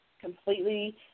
completely